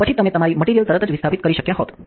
પછી તમે તમારી મટીરીયલ તરત જ વિસ્થાપિત કરી શક્યા હોત